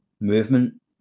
movement